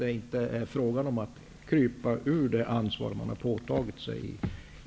Det är alltså inte frågan om att krypa ur det ansvar man har påtagit sig i